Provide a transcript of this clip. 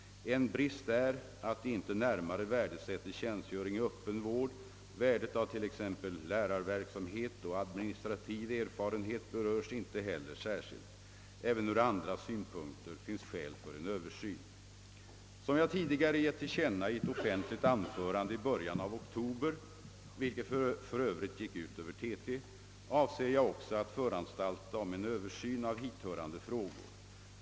En brist är att de inte närmare värdesätter tjänstgöring i öppen vård. Värdet av t.ex. lärarverksamhet och administrativ erfarenhet berörs inte heller särskilt. även ur andra synpunkter finns skäl för en översyn. Som jag tidigare gett till känna i ett offentligt anförande i början av oktober — vilket för övrigt gick ut över TT — avser jag också att föranstalta om en översyn av hithörande frågor.